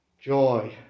joy